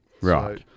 Right